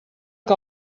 que